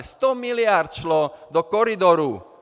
Sto miliard šlo do koridoru!